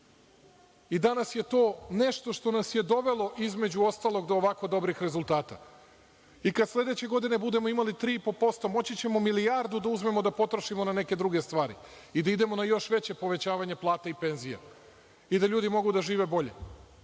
Danas je to nešto što nas je dovelo između ostalog do ovako dobrih rezultata. Kada sledeće godine budemo imali 3,5% moći ćemo milijardu da uzmemo da potrošimo na neke druge stvari i da idemo na još veće povećavanje plata i penzija i da ljudi mogu da žive bolje,